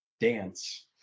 dance